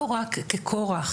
לא רק ככורח